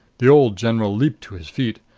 the old general leaped to his feet.